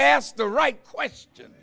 ask the right question